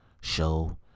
show